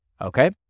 Okay